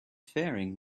faring